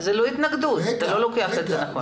זו לא התנגדות, אתה לא לוקח את זה נכון.